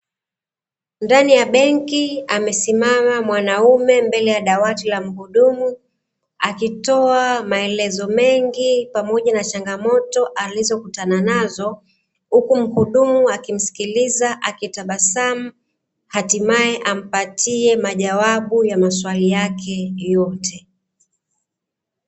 Ndani ya benki amesimama mwanaume mbele ya dawati la muhudumu alkitoa maelezo mengi pamoja na changamoto alizokutana nazo, huku muhudumu akimsikiliza akitabasamu hatimae ampatie majawabu ya maswali yake yote.